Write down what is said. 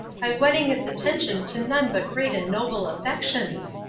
by wedding its attention to none but great and noble affections.